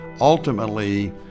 ultimately